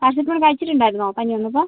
paracetamol കഴിച്ചിട്ടുണ്ടായിരുന്നോ പനി വന്നപ്പോൾ